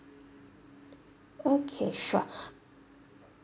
okay sure